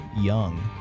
young